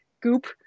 goop